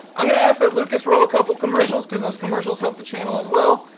i'm going to ask that lucas roll a couple commercials, because those commercials help the channel as well.